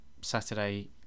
Saturday